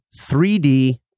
3D